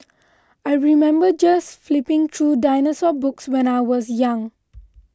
I remember just flipping through dinosaur books when I was young